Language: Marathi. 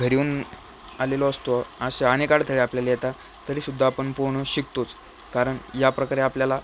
घरी येऊन आलेलो असतो असे अनेक अडथळे आपल्याला येतात तरीसुद्धा आपण पोहणं शिकतोच कारण याप्रकारे आपल्याला